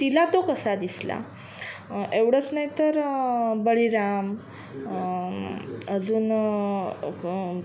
तिला तो कसा दिसला एवढंच नाही तर बळीराम अजून